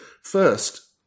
First